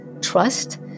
trust